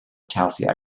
taoiseach